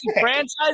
franchise